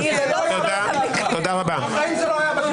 לי את הפה, בחיים זה לא יעבוד ככה.